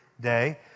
day